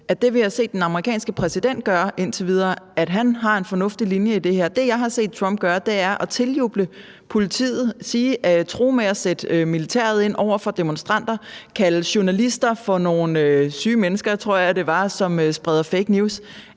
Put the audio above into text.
til det, vi har set den amerikanske præsident gøre indtil videre, har tillid til, at han har en fornuftig linje i det her. Det, jeg har set Trump gøre, er at tiljuble politiet og true med at sætte militæret ind over for demonstranter og kalde journalister for nogle syge mennesker, tror jeg det var, som spreder fake news.